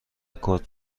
کارت